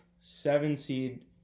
seven-seed